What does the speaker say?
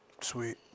Sweet